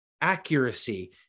accuracy